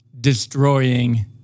destroying